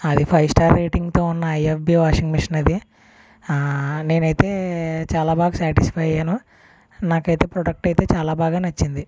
అది five star rating తో ఉన్న ఐఎఫ్బి వాషింగ్ మిషన్ అది నేనైతే చాలా బాగా శాటిస్ఫై అయ్యాను నాకైతే ప్రోడక్ట్ అయితే చాలా బాగా నచ్చింది